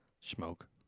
Smoke